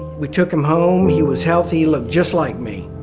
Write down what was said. we took him home. he was healthy. he looked just like me.